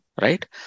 right